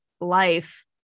life